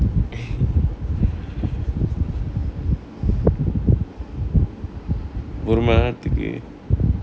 ஒரு மண நேர்த்துக்கு:oru mana nerthukku